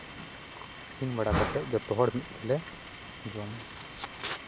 ᱤᱥᱤᱱ ᱵᱟᱲᱟ ᱠᱟᱛᱮᱫ ᱡᱚᱛᱚᱦᱚᱲ ᱢᱤᱫ ᱛᱮᱞᱮ ᱡᱚᱢᱟ